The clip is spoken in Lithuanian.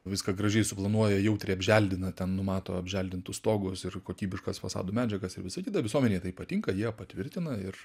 viską gražiai suplanuoja jautriai apželdina ten numato apželdintus stogus ir kokybiškas fasado medžiagas ir visa kita visuomenei tai patinka jie patvirtina ir